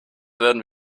werden